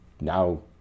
now